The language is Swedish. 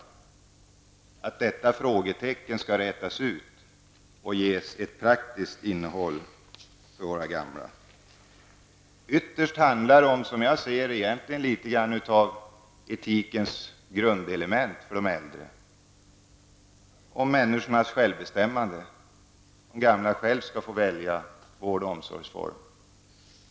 skall rätas ut och att förslaget skall leda till praktiska resultat för våra gamla. Ytterst handlar det, som jag ser det, litet om etikens grundelement och om människors självbestämmande. De gamla skall själva få välja vård och omsorgsform.